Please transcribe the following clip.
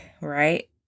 right